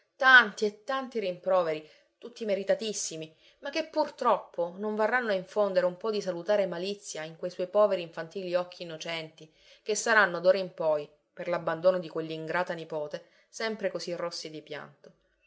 tanti e tanti rimproveri tutti meritatissimi ma che purtroppo non varranno a infondere un po di salutare malizia in quei suoi poveri infantili occhi innocenti che saranno d'ora in poi per l'abbandono di quell'ingrata nipote sempre così rossi di pianto